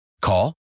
Call